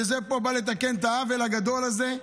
וזה פה בא לתקן את העוול הגדול הזה.